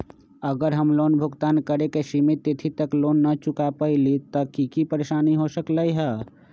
अगर हम लोन भुगतान करे के सिमित तिथि तक लोन न चुका पईली त की की परेशानी हो सकलई ह?